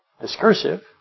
discursive